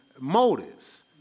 motives